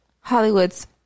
hollywood's